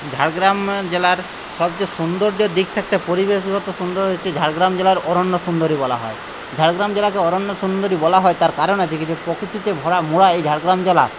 ঝাড়গ্রাম জেলার সবচেয়ে সুন্দর যে দিকটা একটা পরিবেশগত সৌন্দর্য ঝাড়গ্রাম জেলার অরণ্য সুন্দরী বলা হয় ঝাড়গ্রাম জেলাকে অরণ্য সুন্দরী বলা হয় তার কারণ আছে কিছু প্রকৃতিতে ভরা মোড়া এই ঝাড়গ্রাম জেলা